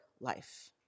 life